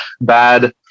bad